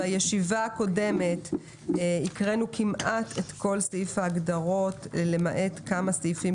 בישיבה הקודמת הקראנו כמעט את כל סעיף ההגדרות למעט כמה סעיפים